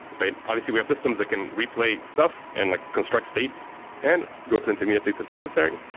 right? obviously, we have systems that can replay stuff and like construct state and go to intermediate states if necessary.